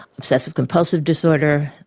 excessive compulsive disorder,